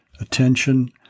attention